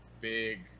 big